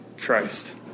Christ